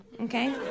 okay